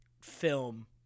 Film